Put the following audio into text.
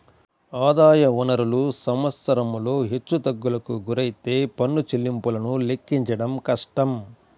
ఆదాయ వనరులు సంవత్సరంలో హెచ్చుతగ్గులకు గురైతే పన్ను చెల్లింపులను లెక్కించడం కష్టం